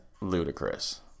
ludicrous